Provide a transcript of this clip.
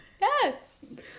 Yes